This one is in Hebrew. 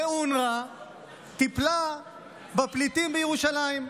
ואונר"א טיפלה בפליטים בירושלים.